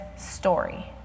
story